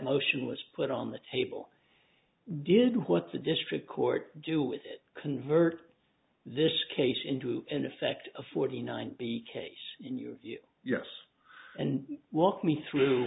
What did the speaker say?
motion was put on the table did what the district court do with it convert this case into in effect a forty nine b case in your view yes and walk me through